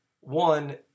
one